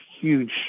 huge